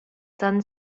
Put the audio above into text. sun